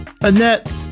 Annette